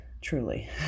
truly